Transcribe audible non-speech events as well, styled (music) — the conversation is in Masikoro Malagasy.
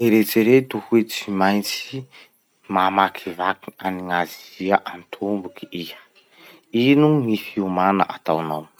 Eritsereto hoe tsy maintsy mamakivaky any gn'Azia antomboky iha. (noise) Ino gny fiomana ataonao?